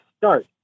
start